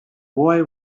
boy